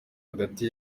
hagati